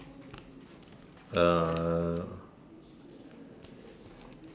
uh